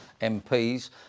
MPs